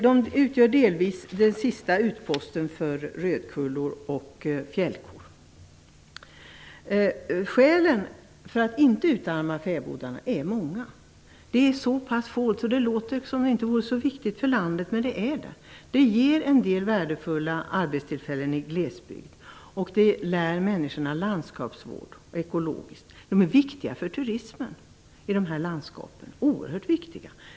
De utgör delvis den sista utposten för rödkullor och fjällkor. Skälen för att inte utarma fäbodarna är många. Det rör sig om så pass få fäbodar att det kan verka som att de inte vore så viktiga för landet, men det är de. Fäbodarna ger en del värdefulla arbetstillfällen i glesbygd. Fäbodbruk lär också människor landskapsvård och ekologiskt odlande. Fäbodarna är viktiga för turismen i de landskap där de finns, oerhört viktiga.